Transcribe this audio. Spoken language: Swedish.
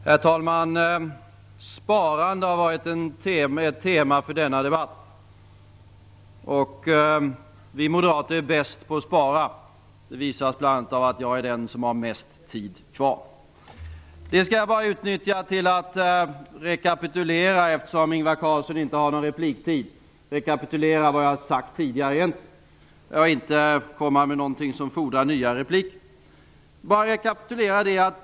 Herr talman! Temat för denna debatt har varit sparandet. Vi moderater är bäst på att spara; det visas bl.a. av att jag är den som har mest taletid kvar. Det vill jag utnyttja till att rekapitulera vad som sagts tidigare. Eftersom Ingvar Carlsson inte har någon repliktid skall jag inte komma med något som fordrar nya repliker.